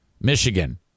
Michigan